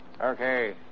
Okay